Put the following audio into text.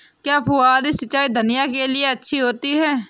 क्या फुहारी सिंचाई धनिया के लिए अच्छी होती है?